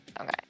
Okay